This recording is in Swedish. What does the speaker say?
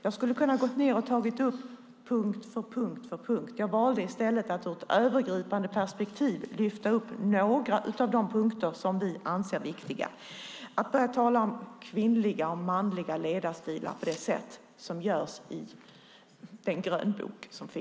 Jag skulle ha kunnat ta upp punkt efter punkt, men jag valde i stället att ur ett övergripande perspektiv lyfta upp några av de punkter som vi anser viktiga. Jag ställer mig inte bakom att man talar om kvinnliga och manliga ledarstilar på det sätt som görs i grönboken.